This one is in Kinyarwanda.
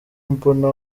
mbona